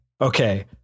Okay